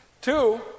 Two